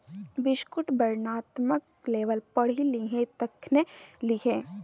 बिस्कुटक वर्णनात्मक लेबल पढ़ि लिहें तखने लिहें